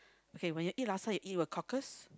K when you eat laksa you eat with cockles